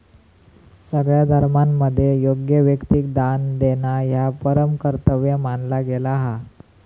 सगळ्या धर्मांमध्ये योग्य व्यक्तिक दान देणा ह्या परम कर्तव्य मानला गेला हा